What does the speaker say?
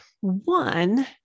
one